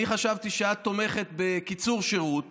אני חשבתי שאת תומכת בקיצור שירות